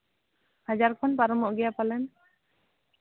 ᱦᱟᱡᱟᱨ ᱠᱷᱚᱱ ᱯᱟᱨᱚᱢᱚᱜ ᱜᱮᱭᱟ ᱯᱟᱞᱮᱱ